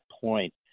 point